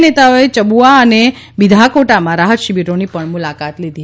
નેતાઓએ ચબુઆ અને બિધાકોટામાં રાહત શિબિરોની પણ મુલાકાત લીધી